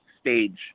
stage